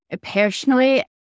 personally